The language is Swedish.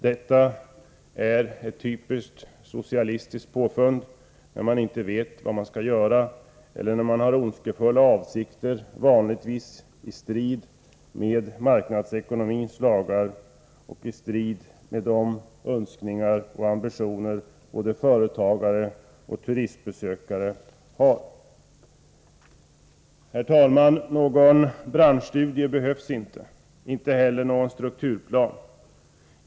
Det är ett typiskt socialistiskt påfund, när man inte vet vad man skall göra eller när man har ondskefulla avsikter, vanligtvis i strid med marknadsekonomins lagar och i strid med de önskningar och ambitioner både företagare och turister har. Herr talman! Någon branschstudie behövs inte, inte heller någon strukturplan.